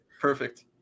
Perfect